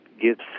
gives